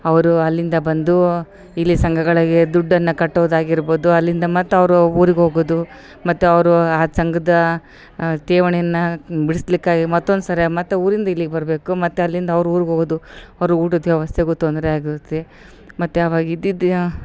ಅವರು ಅಲ್ಲಿಂದ ಬಂದು ಇಲ್ಲಿ ಸಂಘಗಳಗೆ ದುಡ್ಡನ್ನು ಕಟ್ಟೋದಾಗಿರ್ಬೌದು ಅಲ್ಲಿಂದ ಮತ್ತು ಅವ್ರು ಊರಿಗೆ ಹೋಗೋದು ಮತ್ತು ಅವರು ಆ ಸಂಘದ ಠೇವಣಿಯನ್ನ ಬಿಡಿಸ್ಲಿಕ್ಕಾಗಿ ಮತ್ತೊಂದ್ಸರಿ ಮತ್ತು ಊರಿಂದ ಇಲ್ಲಿಗೆ ಬರಬೇಕು ಮತ್ತು ಅಲ್ಲಿಂದ ಅವ್ರ ಊರಿಗೆ ಹೋಗೋದು ಅವ್ರ ಊಟದ ವ್ಯವಸ್ಥೆಗು ತೊಂದರೆ ಆಗುತ್ತೆ ಮತ್ತು ಅವಾಗ ಇದ್ದಿದೆಯ